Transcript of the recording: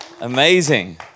amazing